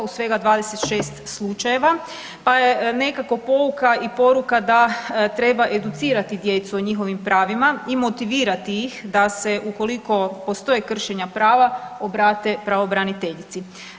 U svega 26 slučajeva, pa je nekako pouka i poruka da treba educirati djecu o njihovim pravima i motivirati ih da se ukoliko postoje kršenja prava obrate pravobraniteljici.